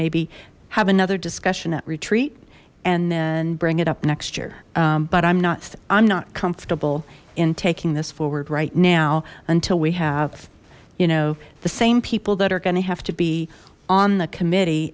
maybe have another discussion at retreat and then bring it up next year but i'm not i'm not comfortable in taking this forward right now until we have you know the same people that are going to have to be on the committee